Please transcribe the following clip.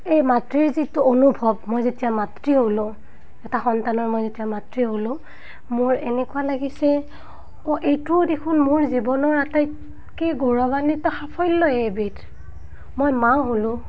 এই মাতৃৰ যিটো অনুভৱ মই যেতিয়া মাতৃ হ'লোঁ এটা সন্তানৰ মই যেতিয়া মাতৃ হ'লোঁ মোৰ এনেকুৱা লাগিছে অ' এইটোও দেখোন মোৰ জীৱনৰ আটাইতকৈ গৌৰৱান্বিত সাফল্যই এবিধ মই মা হ'লোঁ